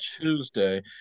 Tuesday